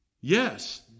Yes